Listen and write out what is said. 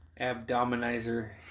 Abdominizer